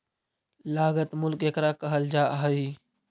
लागत मूल्य केकरा कहल जा हइ?